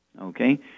Okay